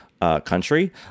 country